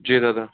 जी दादा